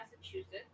Massachusetts